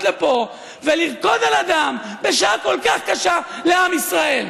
לפה ולרקוד על הדם בשעה כל כך קשה לעם ישראל.